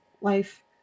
life